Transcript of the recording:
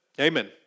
Amen